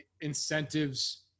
Incentives